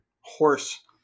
horse